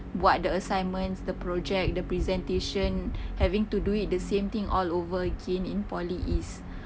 buat the assignments the project the presentation having to do it the same thing all over again in poly is